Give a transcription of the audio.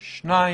שניים.